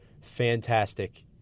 Fantastic